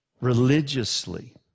religiously